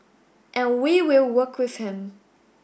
and we will work with him